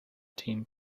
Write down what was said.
team